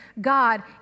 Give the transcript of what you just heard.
God